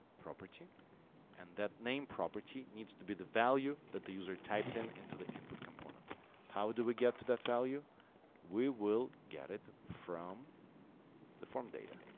property and that name property needs to be the value that the user typed in into the input component how do we get to that value we will get it from the form data